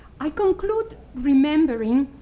i conclude remembering,